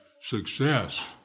success